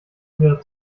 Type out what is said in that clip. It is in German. wäre